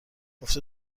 گفته